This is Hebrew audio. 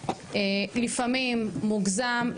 לפעמים מוגזם,